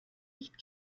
nicht